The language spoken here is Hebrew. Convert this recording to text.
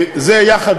זה יחד,